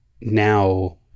now